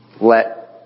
Let